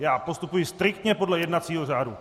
Já postupuji striktně podle jednacího řádu.